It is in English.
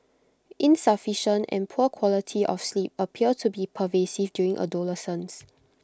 insufficient and poor quality of sleep appear to be pervasive during adolescence